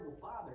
father